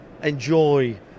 Enjoy